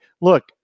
Look